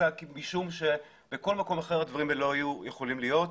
משום בכל מקום אחר הדברים האלה לא היו יכולים להיות.